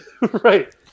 Right